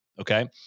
Okay